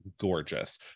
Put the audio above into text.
gorgeous